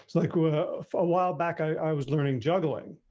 like, for a while back, i was learning juggling.